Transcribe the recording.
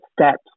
steps